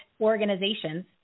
organizations